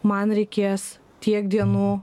man reikės tiek dienų